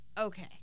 Okay